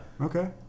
Okay